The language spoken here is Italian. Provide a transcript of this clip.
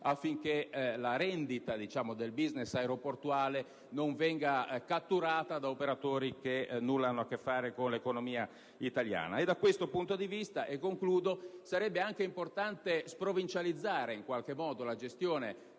affinché la rendita del *business* aeroportuale non venga catturata da operatori che nulla hanno a che fare con l'economia italiana. Da questo punto di vista, sarebbe anche importante sprovincializzare la gestione